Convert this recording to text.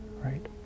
right